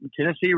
Tennessee